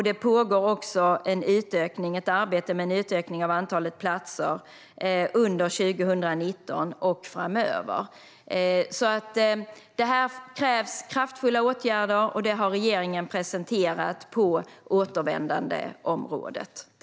Det pågår också arbete med utökning av antalet platser under 2019 och framöver. Det krävs kraftfulla åtgärder, och det har regeringen presenterat på återvändandeområdet.